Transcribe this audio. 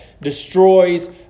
destroys